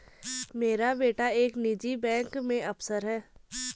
मेरा बेटा एक निजी बैंक में अफसर है